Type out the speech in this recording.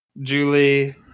Julie